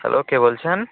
hello কে বলছেন